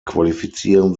qualifizieren